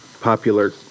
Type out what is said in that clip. popular